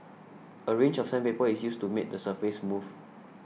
a range of sandpaper is used to make the surface smooth